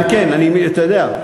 כן, אתה יודע.